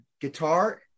guitar